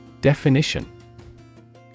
DEFINITION